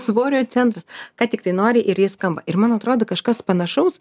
svorio centras ką tiktai nori ir ji skamba ir man atrodo kažkas panašaus